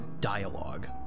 dialogue